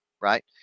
right